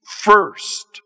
first